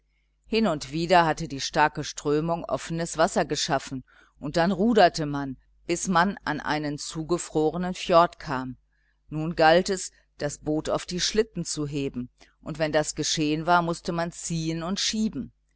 hin und wieder hatte die starke strömung offenes wasser geschaffen und dann ruderte man bis man an einen zugefrorenen fjord kam nun galt es das boot auf die schlitten zu heben und wenn das geschehen war mußte man ziehen und schieben